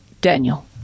Daniel